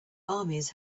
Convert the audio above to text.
armies